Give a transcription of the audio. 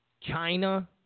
China